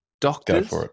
Doctors